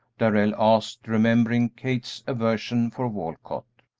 darrell asked, remembering kate's aversion for walcott.